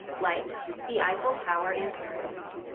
like the eiffel tower in paris,